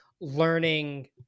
learning